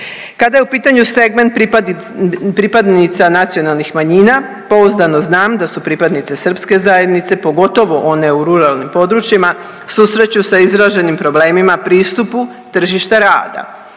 Kada je u pitanju segment pripadnica nacionalnih manjina, pouzdano znam da su pripadnice srpske zajednice, pogotovo one u ruralnim područjima susreću sa izraženim problemima pristupu tržišta rada.